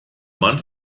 man